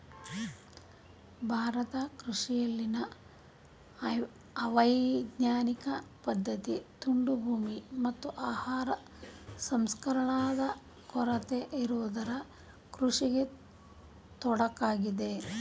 ಭಾರತ ಕೃಷಿಯಲ್ಲಿನ ಅವೈಜ್ಞಾನಿಕ ಪದ್ಧತಿ, ತುಂಡು ಭೂಮಿ, ಮತ್ತು ಆಹಾರ ಸಂಸ್ಕರಣಾದ ಕೊರತೆ ಇರುವುದು ಕೃಷಿಗೆ ತೊಡಕಾಗಿದೆ